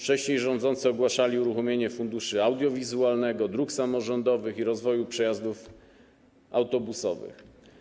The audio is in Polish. Wcześniej rządzący ogłaszali uruchomienie funduszy: audiowizualnego, dróg samorządowych i rozwoju przejazdów autobusowych.